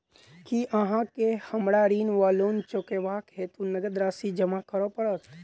की अहाँ केँ हमरा ऋण वा लोन चुकेबाक हेतु नगद राशि जमा करऽ पड़त?